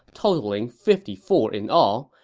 totaling fifty four in all,